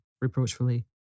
reproachfully